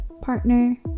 partner